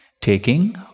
taking